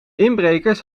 inbrekers